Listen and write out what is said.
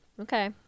Okay